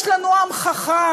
יש לנו עם חכם,